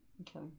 Okay